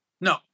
No